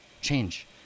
Change